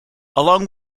along